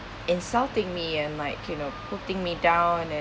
insulting me and like you know putting me down and